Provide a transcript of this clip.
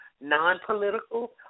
non-political